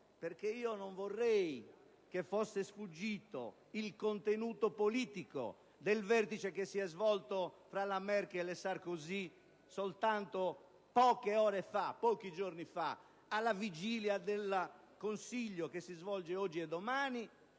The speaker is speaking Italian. forte. Non vorrei che fosse sfuggito il contenuto politico del vertice che si è svolto tra la Merkel e Sarkozy soltanto pochi giorni fa, alla vigilia del Consiglio che si svolge oggi e domani,